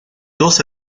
dos